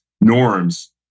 norms